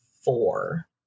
four